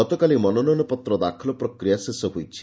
ଗତକାଲି ମନୋନୟନ ପତ୍ର ଦାଖଲ ପ୍ରକ୍ରିୟା ଶେଷ ହୋଇଛି